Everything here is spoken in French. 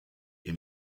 est